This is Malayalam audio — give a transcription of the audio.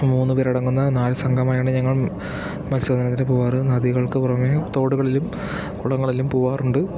മൂന്നുപേർ അടങ്ങുന്ന നാല് സംഘമായാണ് ഞങ്ങൾ മൽസ്യബന്ധനത്തിനു പോവാറ് നദികൾക്ക് പുറമെ തോടുകളിലും കുളങ്ങളിലും പോവാറുണ്ട്